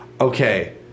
okay